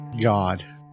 God